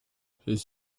his